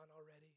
already